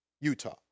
Utah